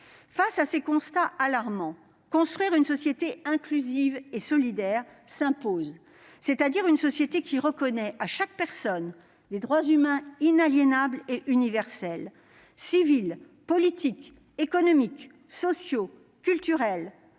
Face à ces constats alarmants, construire une société inclusive et solidaire s'impose, c'est-à-dire une société qui reconnaisse à chaque personne des droits humains inaliénables et universels- civils, politiques, économiques, sociaux, culturels